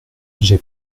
j’ai